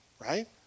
right